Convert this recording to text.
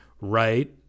right